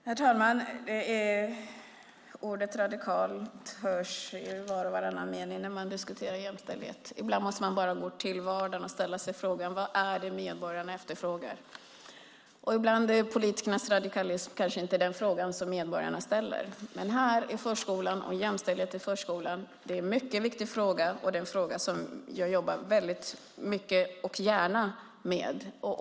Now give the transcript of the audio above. Herr talman! Ordet "radikalt" hörs i var och varannan mening när jämställdhet diskuteras. Ibland måste man gå till vardagen och fråga sig vad medborgarna efterfrågar, och ibland är politikernas radikalism kanske inte det som medborgarna frågar om. Frågan om förskolan och jämställdhet i förskolan är mycket viktig och en fråga som jag väldigt mycket och gärna jobbar med.